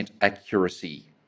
accuracy